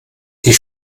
die